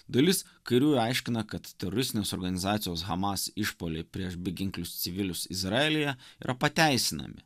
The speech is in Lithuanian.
dalis kairiųjų aiškina kad teroristinės organizacijos hamas išpuoliai prieš beginklius civilius izraelyje yra pateisinami